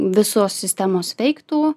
visos sistemos veiktų